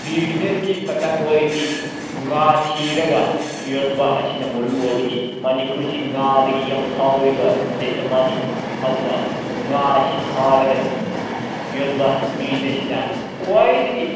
ꯕ꯭ꯌꯨꯖꯤꯅꯦꯁꯀꯤ ꯃꯇꯥꯡ ꯋꯥꯔꯤꯗꯤ ꯉꯥ ꯊꯤꯔꯒ ꯌꯣꯟꯕ ꯑꯁꯤꯅ ꯃꯔꯨ ꯑꯣꯏꯕꯅꯤ ꯃꯅꯤꯄꯨꯔꯁꯤ ꯉꯥꯗꯒꯤ ꯌꯥꯝ ꯐꯥꯎꯔꯤꯕ ꯏꯁꯇꯦꯠ ꯑꯃꯅꯤ ꯑꯗꯨꯅ ꯉꯥꯁꯤ ꯐꯥꯔꯒ ꯌꯣꯟꯕ ꯕ꯭ꯌꯨꯖꯤꯅꯦꯁꯁꯤꯅ ꯈ꯭ꯋꯥꯏꯗꯒꯤ